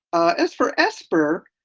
ah as for esper,